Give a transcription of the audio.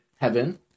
heaven